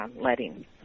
letting